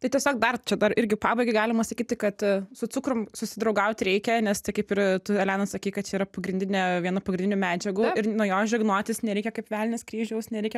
tai tiesiog dar čia dar irgi pabaigai galima sakyti kad su cukrum susidraugaut reikia nes tai kaip ir tu elena sakei kad čia yra pagrindinė viena pagrindinių medžiagų ir nuo jos žegnotis nereikia kaip velnias kryžiaus nereikia